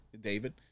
David